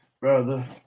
Brother